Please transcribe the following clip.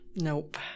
Nope